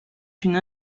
une